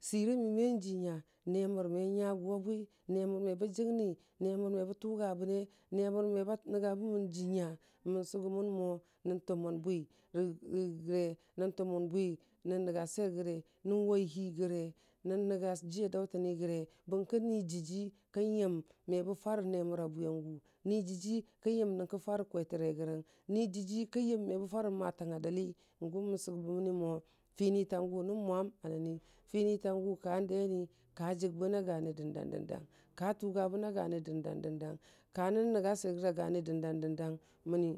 Sərəmi mə jinya nəmər ma nyagʊ a bwi namər me ba jəgni namər ma bə tuga bəne namər ma ba nənga bəmən jinya mən sʊgʊ mən mo nən tʊmən bwi rə "rə" gəre nən tʊmən bwi nən nənga swer yəre nən wai gəre nən nənga ji a daʊtəni gəre bənkə ni dəji kən yəm me bə farə nemər a bwiyangʊ ni dəji kən yəm nyəngka farə kwetərei gə rang ni dəji kən yəm ma bə farə matanga dəlu fʊnəb sʊbəməni mo finitangʊ nən mwan a nə ni fini tangʊ ka deni ka jaybəna gani dəndang dəndang ka tʊgabə ne a gani dəndang ka nən nənga swer gəre a gani dəndan dəndang.